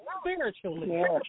spiritually